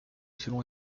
selon